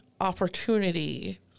opportunity